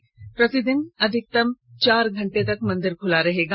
इसके तहत प्रतिदिन अधिकतम चार घंटे तक मंदिर खुला रहेगा